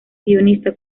guionista